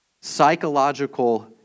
psychological